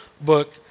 book